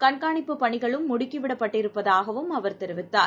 கண்காணிப்பு பணிகளும் முடுக்கிவிடப்பட்டிருப்பதாகஅவர் தெரிவித்தார்